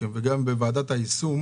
גם בוועדת היישום